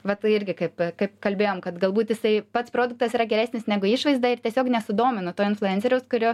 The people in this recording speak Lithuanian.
vat tai irgi kaip kaip kalbėjom kad galbūt jisai pats produktas yra geresnis negu išvaizda ir tiesiog nesudomina to influenceriaus kurio